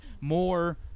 more